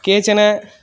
केचन